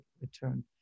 return